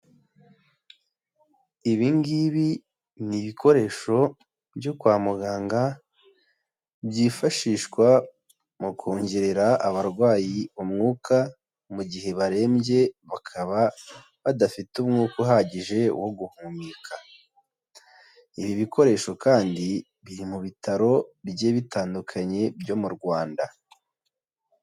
Ibi ngibi ni ibikoresho byo kwa muganga, byifashishwa mu kongerera abarwayi umwuka, mu gihe barembye bakaba badafite umwuka uhagije wo guhumeka. Ibi bikoresho kandi biri mu bitaro bigiye bitandukanye byo mu Rwanda.